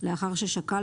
לאחר ששקל,